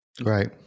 right